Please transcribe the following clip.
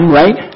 right